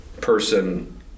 person